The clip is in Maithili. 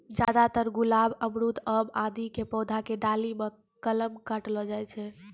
ज्यादातर गुलाब, अमरूद, आम आदि के पौधा के डाली मॅ कलम काटलो जाय छै